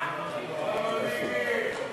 הלאומי (תיקון